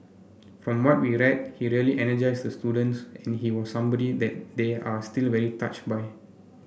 from what we read he really energised the students and he was somebody that they are still very touched by